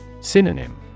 Synonym